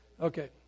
Okay